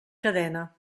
cadena